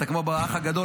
אתה כמו באח הגדול,